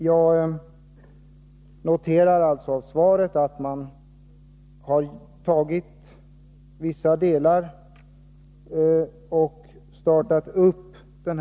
Jag noterar att regeringen tagit ut vissa delar av förslaget och startat med dem.